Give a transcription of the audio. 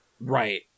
Right